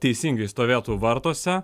teisingai stovėtų vartuose